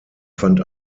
fand